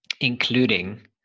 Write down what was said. including